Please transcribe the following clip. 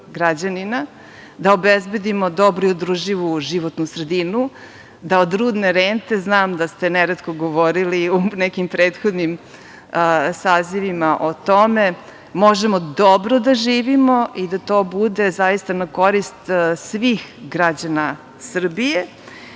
građanina. Da obezbedimo dobru i održivu životnu sredinu, da od rudne rente, znam da ste neretko govorili u nekim prethodnim sazivima o tome, možemo dobro da živimo i da to bude zaista na korist svih građana Srbije.